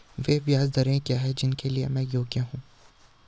वे ब्याज दरें क्या हैं जिनके लिए मैं योग्य हूँ?